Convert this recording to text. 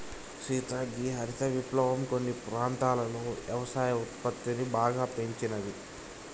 సీత గీ హరిత విప్లవం కొన్ని ప్రాంతాలలో యవసాయ ఉత్పత్తిని బాగా పెంచినాది